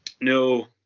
no